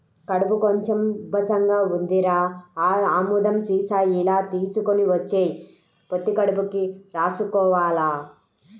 కడుపు కొంచెం ఉబ్బసంగా ఉందిరా, ఆ ఆముదం సీసా ఇలా తీసుకొని వచ్చెయ్, పొత్తి కడుపుకి రాసుకోవాల